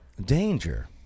danger